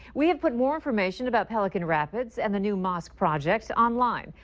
we've put more information about pelican rapids. and the new mosque project. online.